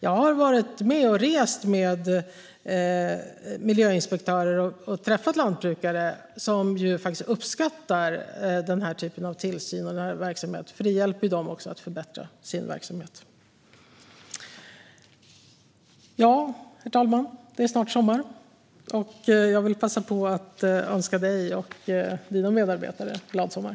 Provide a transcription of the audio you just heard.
Jag har rest med miljöinspektörer och träffat lantbrukare som faktiskt uppskattar den här typen av tillsyn och denna verksamhet, för det hjälper dem att förbättra sin verksamhet. Herr talman! Det är snart sommar. Jag vill passa på att önska dig och dina medarbetare glad sommar.